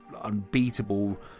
unbeatable